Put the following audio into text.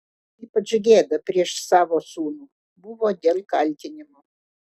ypač gėda prieš savo sūnų buvo dėl kaltinimo